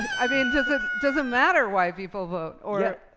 i mean, does ah does it matter why people vote, or? yeah.